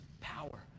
power